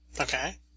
Okay